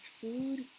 food